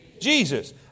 Jesus